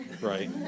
Right